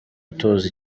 utoza